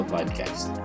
Podcast